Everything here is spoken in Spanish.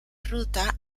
ruta